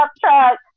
truck